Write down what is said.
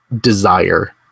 desire